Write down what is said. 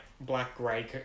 black-gray